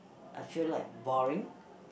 I feel like boring